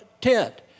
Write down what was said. tent